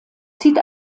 zieht